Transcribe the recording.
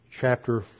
chapter